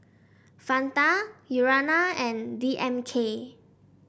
Fanta Urana and D M K